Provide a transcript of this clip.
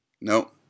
No